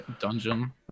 Dungeon